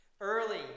Early